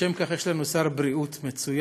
לשם כך יש לנו שר בריאות מצוין,